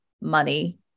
money